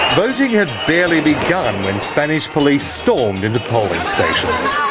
but had barely begun when spanish police stormed into polling stations.